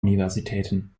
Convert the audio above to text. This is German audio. universitäten